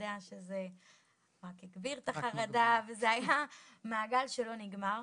שזה רק הגביר את החרדה וזה היה מעגל שלא נגמר.